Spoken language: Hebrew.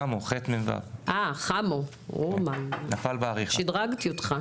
תודה רבה שהזמנת אותנו להציג את הפעילות של היחידה,